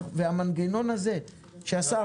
השר,